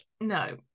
no